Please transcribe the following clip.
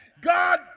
God